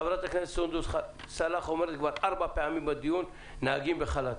חברת הכנסת סונדוס סאלח אומרת כבר ארבע פעמים בדיון שנהגים בחל"ת.